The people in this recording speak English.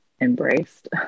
embraced